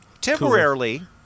Temporarily